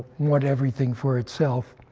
want everything for itself.